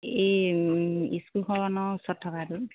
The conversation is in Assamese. এই স্কুলখননৰ ওচৰত থকাটো